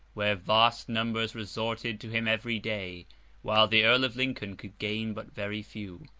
where vast numbers resorted to him every day while the earl of lincoln could gain but very few.